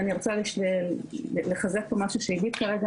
ואני ארצה לחזק פה משהו שעידית כרגע